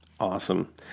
Awesome